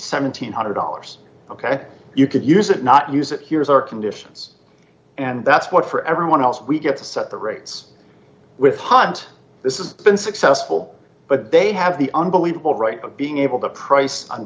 seven hundred dollars ok you could use it not use it here's our conditions and that's what for everyone else we get to set the rates with hunt this is been successful but they have the unbelievable right being able to price